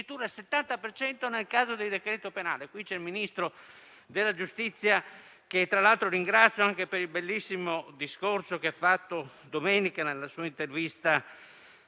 presente il Ministro della giustizia, che tra l'altro ringrazio anche per il bellissimo discorso che ha fatto domenica nella sua intervista